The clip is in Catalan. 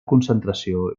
concentració